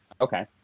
Okay